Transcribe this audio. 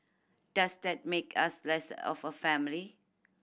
does that make us less of a family